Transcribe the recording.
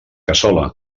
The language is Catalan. cassola